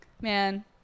Man